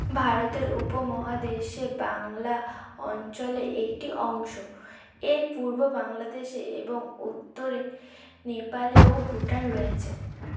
ভারতের উপমহাদেশে বাংলা অঞ্চলে একটি অংশ এর পূর্বে বাংলাদেশ এবং উত্তরে নেপাল ও ভুটান রয়েছে